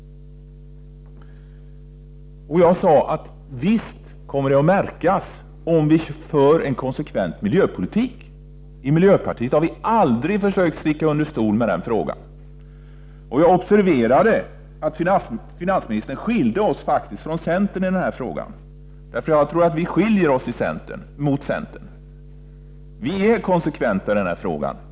Jag sade att det visst kommer att märkas om vi för en konsekvent miljöpolitik. Vi har i miljöpartiet aldrig försökt sticka under stol med detta. Jag observerade att finansministern faktiskt gjorde en åtskillnad mellan oss och centern i den frågan. Jag tror att vi skiljer oss från centerpartiet genom att vi är konsekventare i det här avseendet.